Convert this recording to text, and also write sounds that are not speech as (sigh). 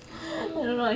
(breath)